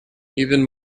even